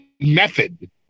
method